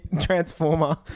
transformer